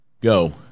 go